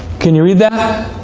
can you read that,